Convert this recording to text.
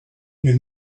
you